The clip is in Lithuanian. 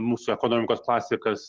mūsų ekonomikos klasikas